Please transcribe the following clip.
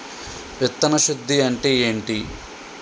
విత్తన శుద్ధి అంటే ఏంటి?